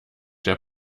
der